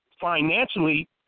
financially